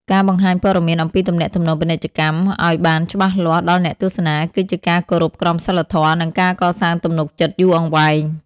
ការបង្ហាញព័ត៌មានអំពីទំនាក់ទំនងពាណិជ្ជកម្ម ឱ្យបានច្បាស់លាស់ដល់អ្នកទស្សនា គឺជាការគោរពក្រមសីលធម៌ និងការកសាងទំនុកចិត្តយូរអង្វែង។